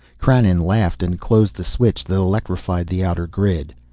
krannon laughed and closed the switch that electrified the outer grid.